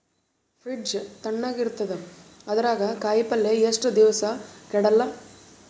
Fridge ತಣಗ ಇರತದ, ಅದರಾಗ ಕಾಯಿಪಲ್ಯ ಎಷ್ಟ ದಿವ್ಸ ಕೆಡಲ್ಲ?